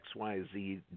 XYZ